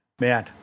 man